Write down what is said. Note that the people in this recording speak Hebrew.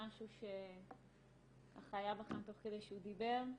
משהו שהיה בכם תוך כדי שהוא דיבר?